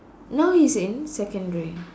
now he's in secondary